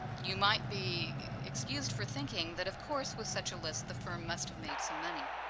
you might be excused for thinking that, of course, with such a list the firm must have made some money.